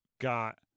got